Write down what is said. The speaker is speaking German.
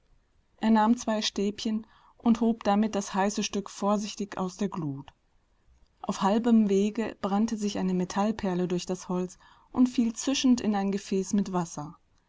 er nahm zwei stäbchen und hob damit das heiße stück vorsichtig aus der glut auf halbem wege brannte sich eine metallperle durch das holz und fiel zischend in ein gefäß mit wasser